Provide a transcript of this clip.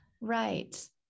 right